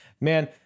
man